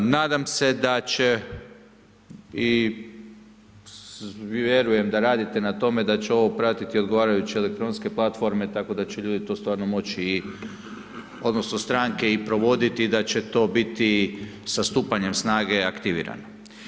Nadam se da će i vjerujem da radite na ovome da će ovo pratiti odgovarajuće elektronske platforme, tako da će ljudi to stvarno moći odnosno stranke i provoditi, da će to biti sa stupanjem snage aktivirano.